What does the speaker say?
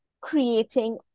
creating